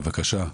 בבקשה,